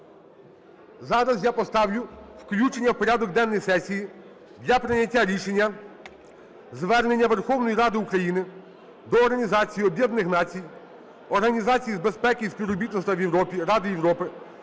Зараз я поставлю включення в порядок денний сесії для прийняття рішення звернення Верховної Ради України до Організації Об'єднаних Націй, Організації з безпеки і співробітництва в Європі, Ради Європи